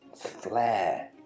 flair